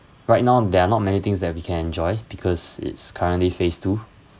right now there are not many things that we can enjoy because it's currently phase two